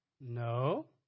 No